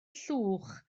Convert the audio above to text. llwch